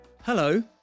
Hello